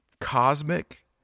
cosmic